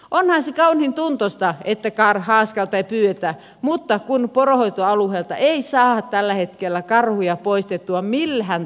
onhan se kauniin tuntuista että haaskalta ei pyydetä mutta kun poronhoitoalueelta ei saada tällä hetkellä karhuja poistettua millään tavalla